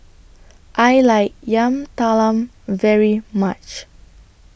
I like Yam Talam very much